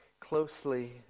closely